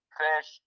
fish